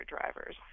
drivers